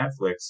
Netflix